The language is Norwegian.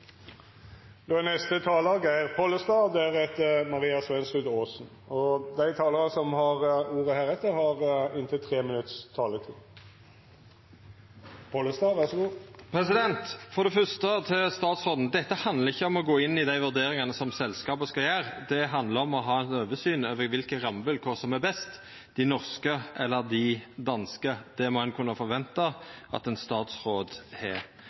Dei talarane som heretter får ordet, har ei taletid på inntil 3 minutt. Fyrst til statsråden: Dette handlar ikkje om å gå inn i dei vurderingane som selskapet skal gjera; det handlar om å ha eit oversyn over kva rammevilkår som er best – dei norske eller dei danske. Det må me kunne forventa at ein statsråd har.